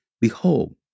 behold